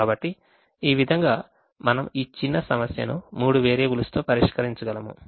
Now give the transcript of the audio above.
కాబట్టి ఈ విధంగా మనం ఈ చిన్న సమస్యను మూడు వేరియబుల్స్తో పరిష్కరించగలము